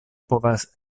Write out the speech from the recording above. povas